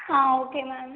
ah okay ma'am